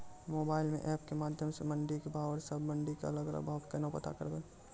Mobile म app के माध्यम सऽ मंडी के भाव औरो सब मंडी के अलग अलग भाव केना पता करबै?